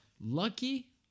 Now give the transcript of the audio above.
lucky